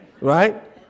right